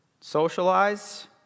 socialize